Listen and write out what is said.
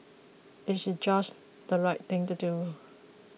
it's just the right thing to do